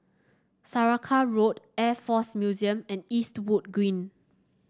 Saraca Road Air Force Museum and Eastwood Green